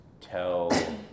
tell